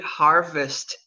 harvest